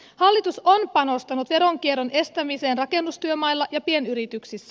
hallitus on panostanut veronkierron estämiseen rakennustyömailla ja pienyrityksissä